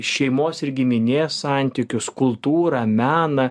šeimos ir giminės santykius kultūrą meną